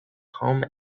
home